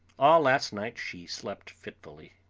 all last night she slept fitfully,